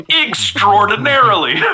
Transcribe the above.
Extraordinarily